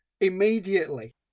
immediately